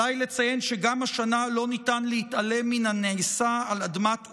עליי לציין שגם השנה לא ניתן להתעלם מן הנעשה על אדמת אוקראינה.